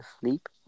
sleep